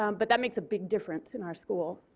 um but that makes a big difference in our school.